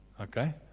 Okay